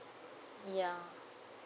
ya